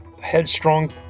headstrong